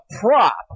prop